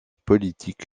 politique